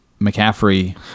McCaffrey –